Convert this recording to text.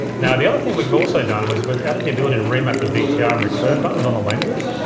now, the other thing we've also done was we've added the ability to remap the vtr and return buttons on the lenses.